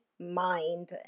mind